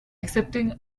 accepting